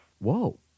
Whoa